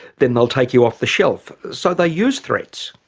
then they'll take you off the shelf. so they use threats.